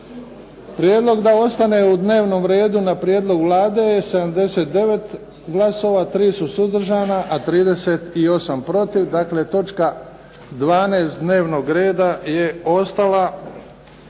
Prijedlog da ostane u dnevnom redu na prijedlog Vlade je 79 glasova, 3 su suzdržana, a 38 protiv. Dakle točka 12. dnevnog reda je ostala